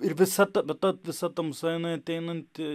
ir visa ta bet ta visa tamsa jinai ateinanti